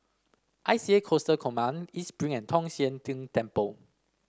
I C A Coastal Command East Spring and Tong Sian Tng Temple